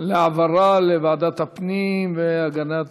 העברה לוועדת הפנים והגנת